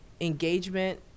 engagement